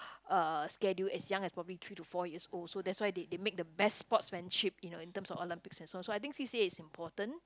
uh schedule as young as probably three to four years old so that's why they they make the best sportsmanship you know in terms of Olympics and so on I think C_C_A is important